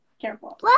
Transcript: Careful